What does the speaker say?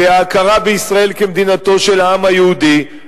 שההכרה בישראל כמדינתו של העם היהודי,